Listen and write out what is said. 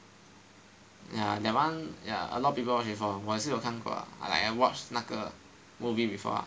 ya that one ya a lot of people watch before 我也是有看过 ah like I watched 那个 movie before